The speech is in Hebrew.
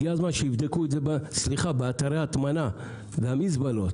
הגיע הזמן שיבדקו את זה באתרי ההטמנה ובמזבלות,